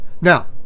Now